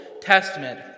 Testament